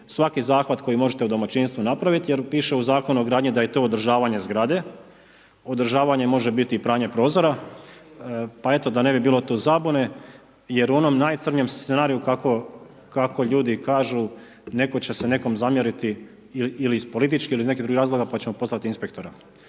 svaki zahvat koji možete u domaćinstvu napraviti jer piše u Zakonu o gradnji da je to održavanje zgrade, održavanje može biti i pranje prozora, pa eto, da ne bi bilo tu zabune jer u onom najcrnjem scenariju kako ljudi kažu, neko će se nekom zamjeriti ili iz političkih ili nekih drugih razloga pa ćemo pozvati inspektora.